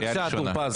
בבקשה, טור פז.